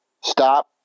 Stop